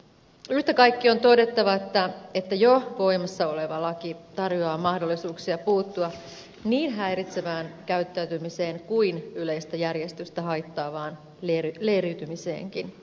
yhtä kaikki on todettava että jo voimassa oleva laki tarjoaa mahdollisuuksia puuttua niin häiritsevään käyttäytymiseen kuin yleistä järjestystä haittaavaan leiriytymiseenkin